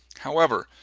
however,